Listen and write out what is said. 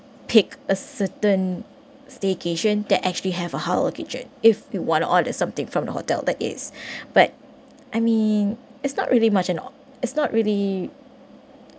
pick a certain staycation that actually have a halal kitchen if we want to order something from the hotel that is but I mean it's not really much and or it's not really